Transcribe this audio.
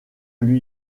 lui